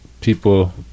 people